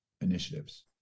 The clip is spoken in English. initiatives